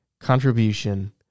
contribution